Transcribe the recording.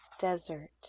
desert